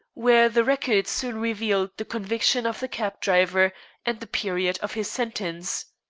where the records soon revealed the conviction of the cab-driver and the period of his sentence.